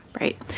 right